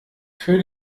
für